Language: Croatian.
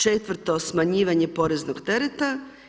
Četvrto smanjivanje poreznog tereta.